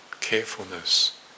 carefulness